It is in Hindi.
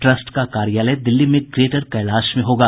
ट्रस्ट का कार्यालय दिल्ली में ग्रेटर कैलाश में होगा